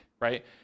right